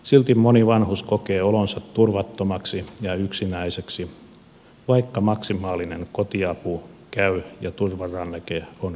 silti moni vanhus kokee olonsa turvattomaksi ja yksinäiseksi vaikka maksimaalinen kotiapu käy ja turvaranneke on käytössä